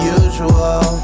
usual